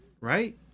right